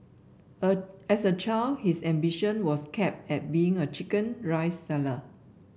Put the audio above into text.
as as a child his ambition was capped at being a chicken rice seller